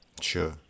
Sure